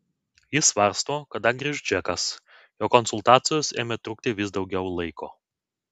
ji svarsto kada grįš džekas jo konsultacijos ėmė trukti vis daugiau laiko